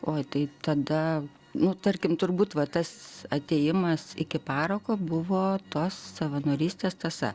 oi tai tada nu tarkim turbūt va tas atėjimas iki parako buvo tos savanorystės tąsa